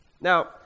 now